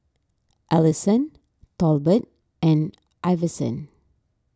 Alisson Tolbert and Iverson